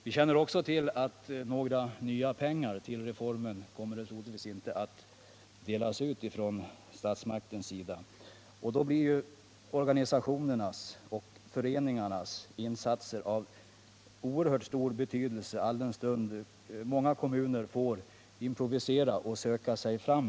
Vi vet också att det troligtvis inte kommer att anslås mer pengar från statsmakternas sida, och då blir ju organisationernas och föreningarnas insatser av oerhört stor betydelse. Många kommuner måste improvisera och söka sig fram.